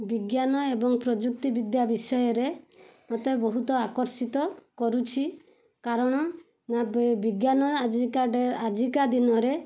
ବିଜ୍ଞାନ ଏବଂ ପ୍ରଯୁକ୍ତିବିଦ୍ୟା ବିଷୟରେ ମୋତେ ବହୁତ ଆକର୍ଷିତ କରୁଛି କାରଣ ବିଜ୍ଞାନ ଆଜିକା ଡେ' ଆଜିକା ଦିନରେ